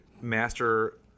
master